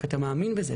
כי אתה מאמין בזה,